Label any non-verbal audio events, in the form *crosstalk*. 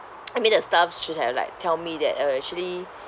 *noise* I mean the staff should have like tell me that uh actually